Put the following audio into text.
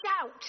shout